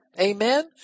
Amen